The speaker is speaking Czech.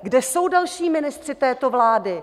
Kde jsou další ministři této vlády?